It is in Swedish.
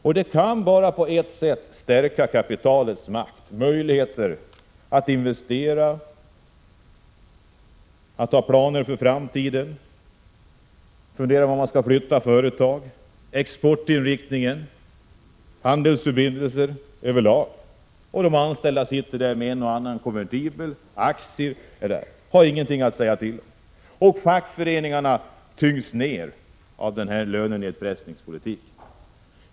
Det stärker bara kapitalets makt och möjligheter Socialavgifter på vinstatt investera och planera för framtiden, t.ex. vart man skall flytta företag, andelar exportinriktning, handelförbindelser etc. De anställda sitter där med en eller annan konvertibel eller aktie och har ingenting att säga till om. Fackföreningarna tyngs ned av lönenedpressningspolitiken.